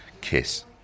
kiss